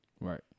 Right